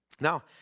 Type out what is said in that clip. Now